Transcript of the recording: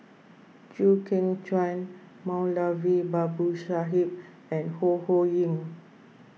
Chew Kheng Chuan Moulavi Babu Sahib and Ho Ho Ying